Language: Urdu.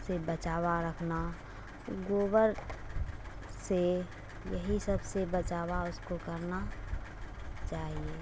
سے بچاوا رکھنا گوبر سے یہی سب سے بچاوا اس کو کرنا چاہیے